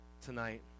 tonight